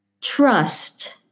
trust